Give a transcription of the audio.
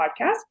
podcast